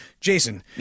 Jason